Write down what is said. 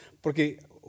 porque